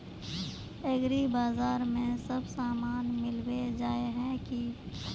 एग्रीबाजार में सब सामान मिलबे जाय है की?